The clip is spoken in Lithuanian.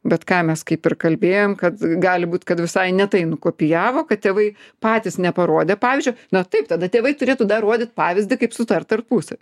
bet ką mes kaip ir kalbėjom kad gali būt kad visai ne tai nukopijavo kad tėvai patys neparodė pavyzdžio na taip tada tėvai turėtų dar rodyt pavyzdį kaip sutart tarpusavy